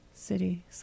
City